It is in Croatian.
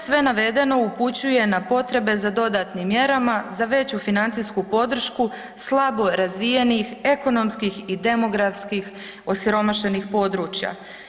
Sve navedeno upućuje na potrebe za dodatnim mjerama za veću financijsku podršku, slabo razvijenih, ekonomskih i demografskih osiromašenih područja.